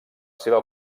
seva